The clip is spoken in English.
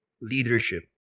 leadership